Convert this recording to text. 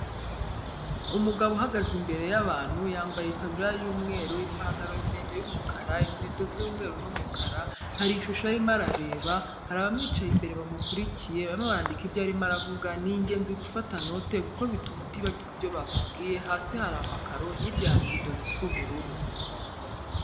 Umugabo uhagaze imbere y'abantu yambaye itaburiya y'umweru, ipantaro ndende y'umukara, inkweto z'umweru n'umukara, hari ishusho arimo arareba, hari abamwicaye imbere bamukurikiye, barimo barandika ibyo arimo aravuga, ni ingenzi gufata note kuko bituma utibagirwa ibyo bakubwiye, hasi hari amakaro, hirya hari irido zisa ubururu.